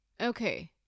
Okay